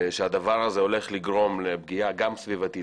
שהדבר הזה הולך לגרום לפגיעה גם סביבתית